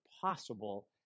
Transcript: possible